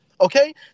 Okay